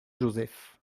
joseph